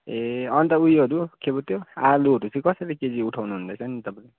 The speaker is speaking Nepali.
ए अन्त उयोहरू के पो त्यो आलुहरू कसरी केजी उठाउनुहुँदैछ नि तपाईँले